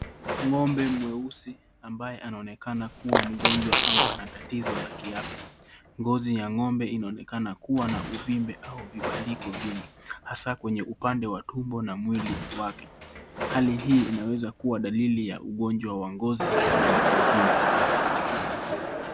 Ng'ombe mweusi ambaye anaonekana kuwa mgonjwa au ana tatizo la kiafya .Ngozi ya ng'ombe inaonekana kuwa na uvimbe au vibandiko vingi hasa kwenye upande wa tumbo na mwili wake. Hali hii inaweza kuwa dalili ya ugonjwa wa ngozi yenye vivimbi.